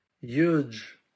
huge